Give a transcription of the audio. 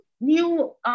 new